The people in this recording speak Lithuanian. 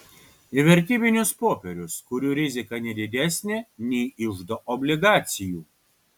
į vertybinius popierius kurių rizika ne didesnė nei iždo obligacijų